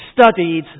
studied